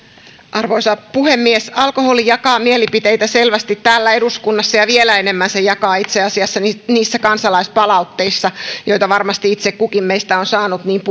arvoisa puhemies alkoholi jakaa mielipiteitä selvästi täällä eduskunnassa ja vielä enemmän se jakaa itse asiassa niissä kansalaispalautteissa joita varmasti itse kukin meistä on saanut niin